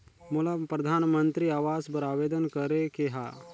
मोला परधानमंतरी आवास बर आवेदन करे के हा?